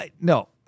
No